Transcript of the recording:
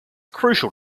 crucial